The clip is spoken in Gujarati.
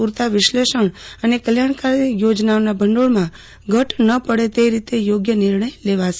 પૂરતા વિશ્લેશણ અને કલ્યાણકારી યોજનાઓમાં ભંડોળમા ઘટ ન પડે તે રીતે યોગ્ય નિર્ણય લેવાશે